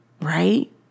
Right